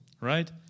right